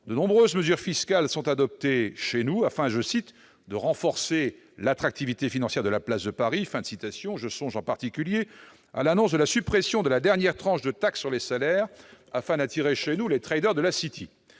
de nombreuses mesures fiscales sont adoptées dans notre pays afin de « renforcer l'attractivité financière de la place de Paris. » J'ai à l'esprit, en particulier, l'annonce de la suppression de la dernière tranche de la taxe sur les salaires afin d'attirer chez nous les de la City.